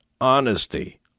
Honesty